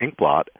inkblot